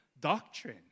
doctrine